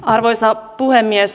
arvoisa puhemies